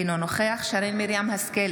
אינו נוכח שרן מרים השכל,